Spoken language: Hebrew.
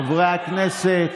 חברי הכנסת,